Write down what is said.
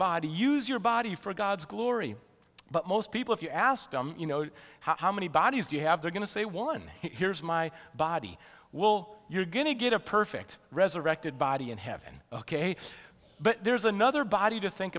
body use your body for god's glory but most people if you ask them you know how many bodies you have they're going to say one here's my body will you're going to get a perfect resurrected body in heaven ok but there's another body to think